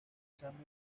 examen